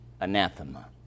anathema